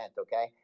okay